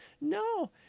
No